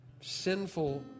sinful